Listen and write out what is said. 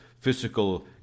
physical